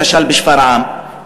למשל בשפרעם,